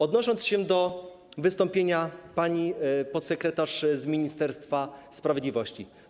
Odnoszę się do wystąpienia pani podsekretarz z Ministerstwa Sprawiedliwości.